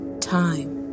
time